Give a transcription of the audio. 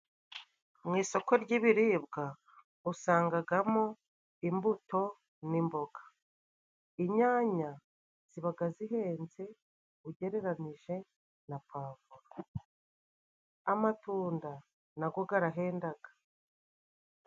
Mu isoko ry'ibiribwa usangagamo imbuto n'imboga. Inyanya zibaga zihenze ugereranije na puwavuro, amatunda nago garahendaga.